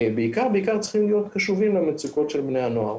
בעיקר בעיקר צריכים להיות קשובים למצוקות של בני הנוער.